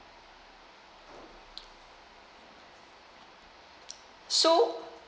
so